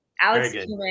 Alex